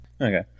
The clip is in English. Okay